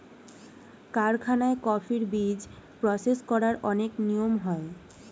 কারখানায় কফির বীজ প্রসেস করার অনেক নিয়ম হয়